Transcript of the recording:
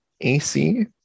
AC